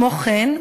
כמו כן,